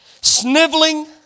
sniveling